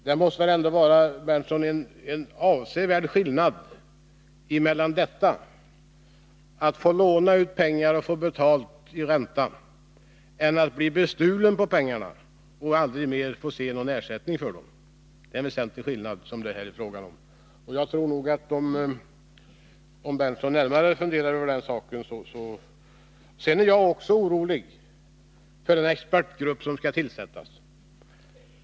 Det måste väl ändå, Nils Berndtson, vara en avsevärd skillnad mellan att få låna ut pengar och få betalt i ränta och att bli bestulen på pengarna och aldrig få se någon ersättning för dem. Det är en väsentlig skillnad det här är fråga om. Jag tror nog att Nils Berndtson inser det om han närmare funderar över saken. Jag är också orolig för den expertgrupp som skall tillsättas.